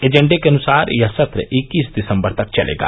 एजेंडे के अनुसार यह सत्र इक्कीस दिसम्बर तक चलेगा